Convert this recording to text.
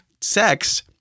sex